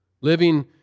Living